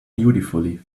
beautifully